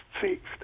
fixed